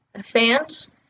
fans